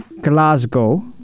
Glasgow